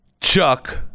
Chuck